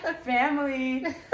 Family